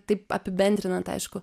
taip apibendrinant aišku